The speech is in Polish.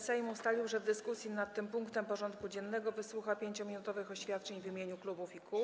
Sejm ustalił, że w dyskusji nad tym punktem porządku dziennego wysłucha 5-minutowych oświadczeń w imieniu klubów i kół.